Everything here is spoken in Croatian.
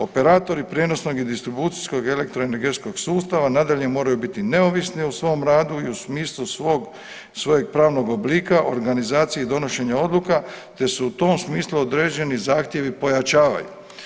Operatori prijenosnog i distribucijskog elektroenergetskog sustava nadalje moraju biti neovisni u svom radu i u smislu svojeg pravnog oblika, organizacije i donošenja odluke te su u tom smislu određeni zahtjevi pojačavaju.